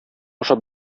ашап